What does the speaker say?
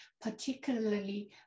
particularly